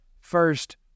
first